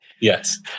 Yes